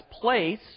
place